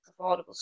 affordable